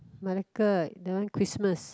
Malacca that one Christmas